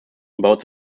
about